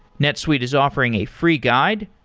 netsuite is offering a free guide,